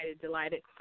delighted